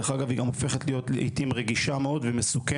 דרך אגב היא הופכת להיות לעיתים רגישה מאוד ומסוכנת.